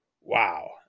Wow